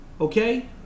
okay